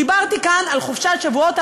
דיברתי כאן על חופשת שבועות,